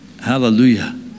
Hallelujah